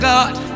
God